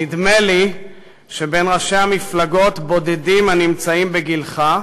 נדמה לי שבין ראשי המפלגות, בודדים הנמצאים בגילך,